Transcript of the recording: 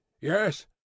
yes